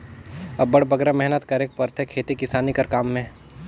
अब्बड़ बगरा मेहनत करेक परथे खेती किसानी कर काम में